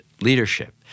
leadership